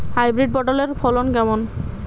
Hybrid পটলের ফলন কেমন?